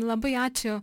labai ačiū